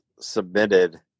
submitted